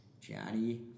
Johnny